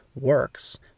works